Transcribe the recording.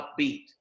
upbeat